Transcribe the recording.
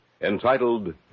entitled